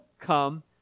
come